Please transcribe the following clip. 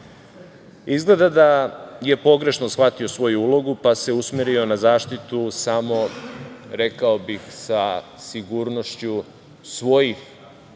građana. Izgleda da je pogrešno shvatio svoju ulogu, pa se usmerio na zaštitu samo, rekao bih sa sigurnošću,